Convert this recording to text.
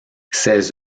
ses